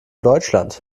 deutschland